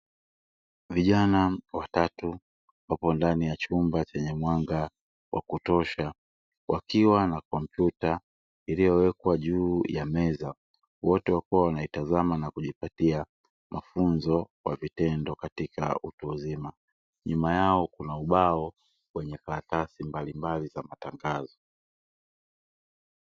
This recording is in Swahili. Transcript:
Vijana watatu wapo ndani ya chumba chenye mwanga wa kutosha, wakiwa na kompyuta iliyowekwa juu ya meza wote wakiwa wanaitazama na kujipatia mafunzo kwa vitendo katika utu uzima. Nyuma yao kuna ubao wenye karatasi mbalimbali zenye matangazo.